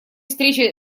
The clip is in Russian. встрече